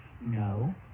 No